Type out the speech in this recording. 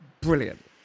brilliant